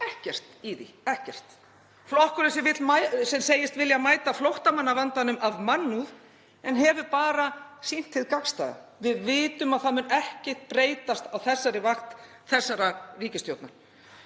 ekkert í því. Flokkurinn sem segist vilja mæta flóttamannavandanum af mannúð, en hefur bara sýnt hið gagnstæða. Við vitum að það mun ekkert breytast á vakt þessarar ríkisstjórnar.